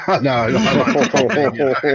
No